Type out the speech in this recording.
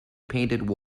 painted